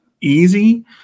easy